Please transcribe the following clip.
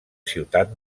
ciutat